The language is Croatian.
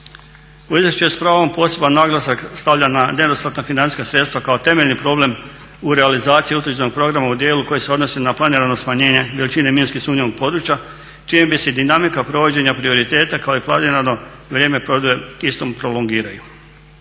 U izvješću je s pravom poseban naglasak stavljen na nedostatna financijska sredstava kao temeljni problem u realizaciji utvrđenog programa u djelu koji se odnosi na planirano smanjenje veličine minski sumnjivog područja čime bi se i dinamika provođenja prioriteta kako i planirano vrijeme provedbe istog prolongiraju.